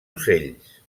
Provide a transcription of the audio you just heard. ocells